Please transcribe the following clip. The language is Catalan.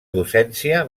docència